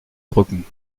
brücken